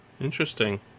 interesting